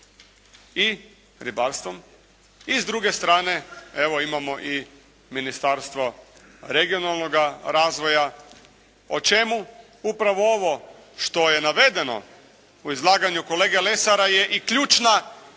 i ribarstvom. I s druge strane evo imamo i Ministarstvo regionalnoga razvoja o čemu upravo ovo što je navedeno u izlaganju kolege Lesara je i ključna postavka